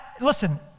listen